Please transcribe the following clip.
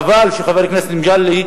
חבל שחבר הכנסת מג'אדלה,